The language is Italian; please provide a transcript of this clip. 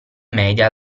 media